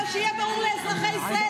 אבל שיהיה ברור לאזרחי ישראל,